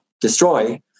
destroy